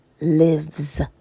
lives